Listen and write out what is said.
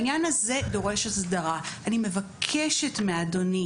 אני מבקשת מאדוני,